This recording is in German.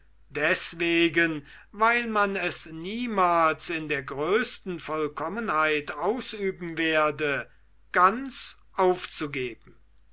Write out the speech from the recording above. deswegen weil man es niemals in der größten vollkommenheit ausüben werde ganz aufzugeben